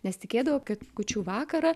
nes tikėdavo kad kūčių vakarą